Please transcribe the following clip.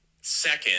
Second